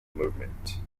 movement